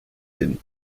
hin